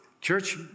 church